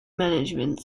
management